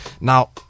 Now